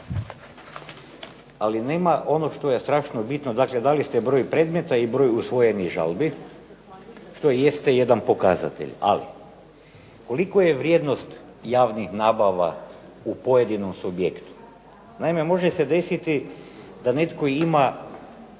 ali nema ono što je strašno bitno, dakle dali ste broj predmeta i broj usvojenih žalbi, što jeste jedan pokazatelj, ali koliko je vrijednost javnih nabava u pojedinom subjektu? Naime može se desiti da netko ima